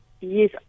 Yes